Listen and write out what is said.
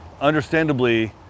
understandably